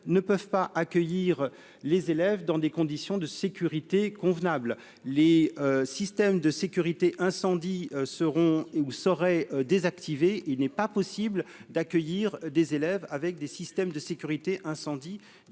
ne peuvent pas accueillir les élèves dans des conditions de sécurité convenable, les systèmes de sécurité incendie seront ou seraient désactivés, il n'est pas possible d'accueillir des élèves avec des systèmes de sécurité incendie désactivé,